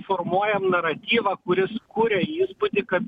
formuojam naratyvą kuris kuria įspūdį kad